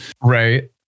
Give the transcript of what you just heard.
right